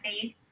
face